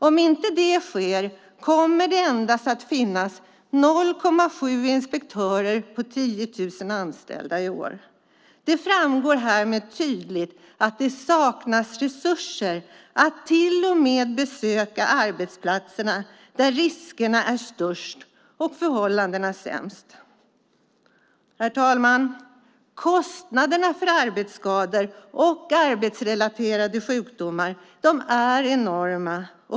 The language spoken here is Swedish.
Om det inte sker kommer det i år att endast finnas 0,7 inspektörer per 10 000 anställda. Härmed framgår tydligt att det till och med saknas resurser till att besöka de arbetsplatser där riskerna är störst och förhållandena sämst. Herr talman! Kostnaderna för arbetsskador och arbetsrelaterade sjukdomar är enorma.